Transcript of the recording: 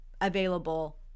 available